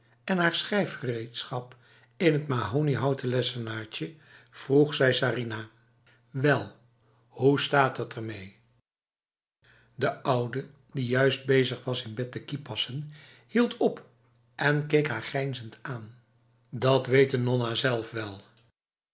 en haar schrijfgereedschap in het mahoniehouten lessenaartje vroeg zij sarinah wel hoe staat het ermee de oude die juist bezig was het bed te kipassen hield op en keek haar grijnzend aan dat weet de nonna zelf wel